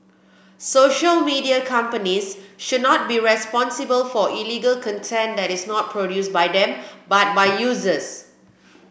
social media companies should not be responsible for illegal content that is not produced by them but by users